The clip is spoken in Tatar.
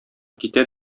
китә